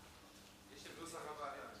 כנוסח הוועדה.